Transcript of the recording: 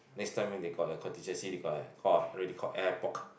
next time when they got a contingency they got call already called airport